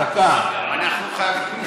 אנחנו חייבים גלגל הצלה.